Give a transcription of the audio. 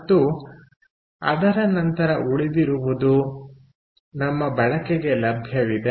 ಮತ್ತು ಅದರ ನಂತರ ಉಳಿದಿರುವುದು ನಮ್ಮ ಬಳಕೆಗೆ ಲಭ್ಯವಿದೆ